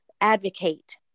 advocate